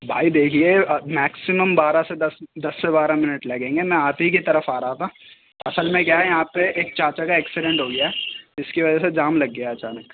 بھائی دیکھیئے میکسیمم بارہ سے دس دس سے بارہ منٹ لگیں گے میں آپ ہی طرف آ رہا تھا اصل میں کیا ہے یہاں پہ ایک چاچا کا ایکسیڈنٹ ہو گیا جس کی وجہ سے جام لگ گیا اچانک